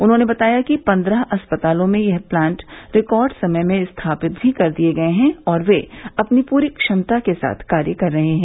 उन्होंने बताया कि पन्द्रह अस्पतालों में यह प्लांट रिकॉर्ड समय में स्थापित भी कर दिये गये हैं और वे अपनी पूरी क्षमता के साथ कार्य कर रहे हैं